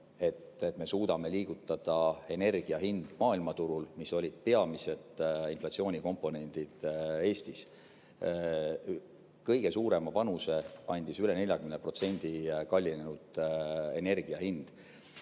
et me suudame liigutada energiahindu maailmaturul, mis on peamised inflatsioonikomponendid Eestis. Kõige suurema panuse andis üle 40% kallinenud energia hind,